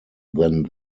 than